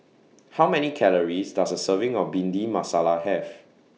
How Many Calories Does A Serving of Bhindi Masala Have